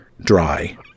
dry